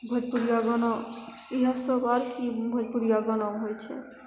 भोजपुरिया गाना इहए सभ आओर कि भोजपुरिया गानामे होइ छै